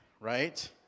Right